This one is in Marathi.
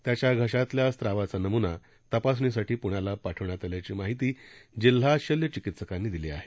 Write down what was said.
त्याच्या घशातील स्त्रावाचा नमुना तपासणीसाठी प्ण्याला पाठविण्यात आल्याची माहिती जिल्हा शल्यचिकित्सकांनी दिली आहे